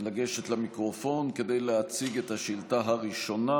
לגשת למיקרופון, כדי להציג את השאילתה הראשונה,